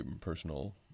personal